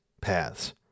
paths